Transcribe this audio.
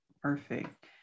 Perfect